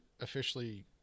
officially